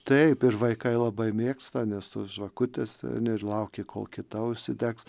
taip ir vaikai labai mėgsta nes tos žvakutės ir lauki kol kita užsidegs